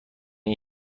این